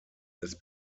ist